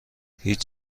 هیچ